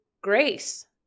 grace